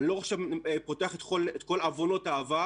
אני עכשיו לא פותח את כל עוונות העבר.